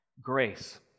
grace